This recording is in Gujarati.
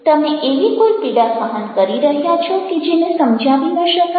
તમે એવી કોઈ પીડા સહન કરી રહ્યા છો કે જેને સમજાવી ન શકાય